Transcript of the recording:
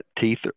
teeth